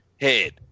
head